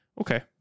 okay